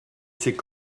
c’est